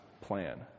plan